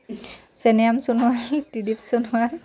Cheniram Sonowal Tridip Sonowal